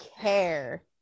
care